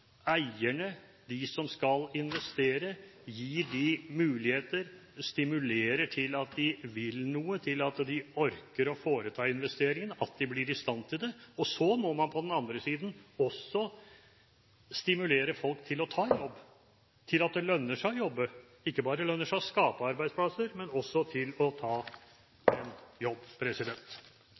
eierne, de som skal investere, gir dem muligheter som stimulerer til at de vil noe, til at de orker å foreta investeringene, at de blir i stand til det. Så må man på den andre siden også stimulere folk til å ta en jobb, til at det lønner seg å jobbe – slik at det ikke bare lønner seg å skape arbeidsplasser, men også å ta en jobb.